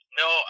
no